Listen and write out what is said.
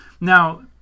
Now